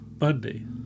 Monday